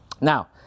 Now